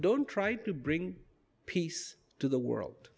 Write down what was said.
don't try to bring peace to the world